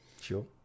Sure